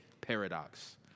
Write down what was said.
paradox